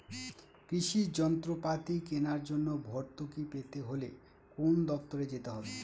কৃষি যন্ত্রপাতি কেনার জন্য ভর্তুকি পেতে হলে কোন দপ্তরে যেতে হবে?